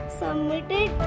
submitted